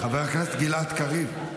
חבר הכנסת גלעד קריב.